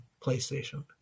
PlayStation